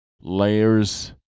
layers